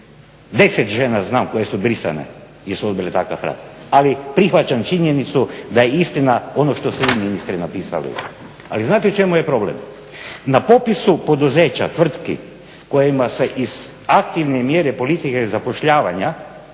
10 žena znam koje su brisane jer su odbile takve rad ali prihvaćam činjenicu da je istina ono što ste vi ministre napisali. Ali znate u čemu je problem, na popisu poduzeća tvrtki kojima se iz aktivne mjere politike zapošljavanja